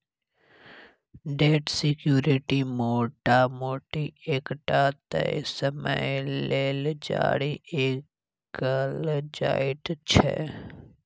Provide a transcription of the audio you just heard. date security मोटा मोटी एकटा तय समय लेल जारी कएल जाइत छै